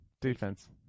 defense